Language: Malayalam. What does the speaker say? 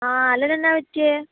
ആ അലന് എന്നാ പറ്റിയത്